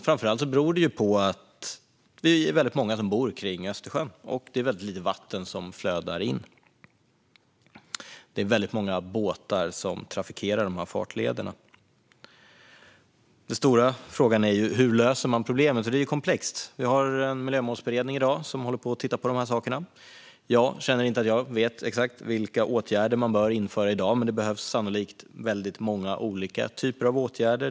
Framför allt beror det på att vi är väldigt många som bor kring Östersjön, och det är väldigt lite vatten som flödar in. Det är väldigt många båtar som trafikerar dessa farleder. Den stora frågan är: Hur löser man problemet? Det är komplext. Vi har en miljömålsberedning som tittar på dessa saker. Jag känner inte att jag vet exakt vilka åtgärder man bör genomföra, men det behövs sannolikt många olika typer av åtgärder.